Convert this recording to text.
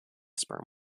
sperm